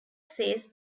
says